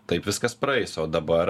taip viskas praeis o dabar